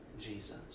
jesus